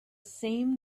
same